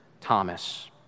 Thomas